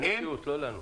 לא לנו.